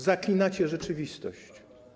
Zaklinacie rzeczywistość.